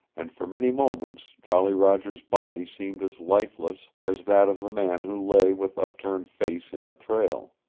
and for many moments jolly roger's body seemed as lifeless as that of the man who lay with up-turned face in the trail.